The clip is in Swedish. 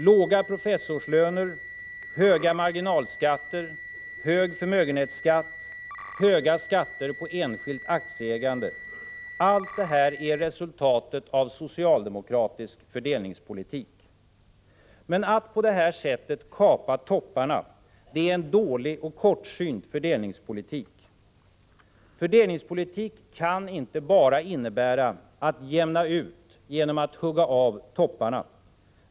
Låga professorslöner, höga marginalskatter, hög förmögenhetsskatt, höga skatter på enskilt aktieägande — allt detta är ett resultat av socialdemokratisk fördelningspolitik. Men att på detta sätt kapa topparna är dålig och kortsynt fördelningspolitik. Fördelningspolitik kan inte bara innebära att jämna ut genom att hugga av topparna.